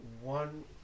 one